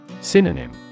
Synonym